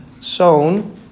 sown